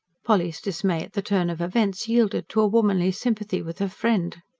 polly's dismay at the turn of events yielded to a womanly sympathy with her friend.